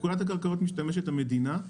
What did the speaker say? בפקודת הקרקעות משתמשת המדינה,